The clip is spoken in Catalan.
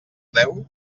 deu